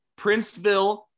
Princeville